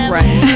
Right